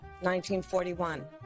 1941